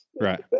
Right